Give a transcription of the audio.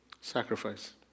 sacrifice